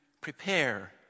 prepare